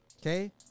Okay